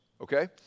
okay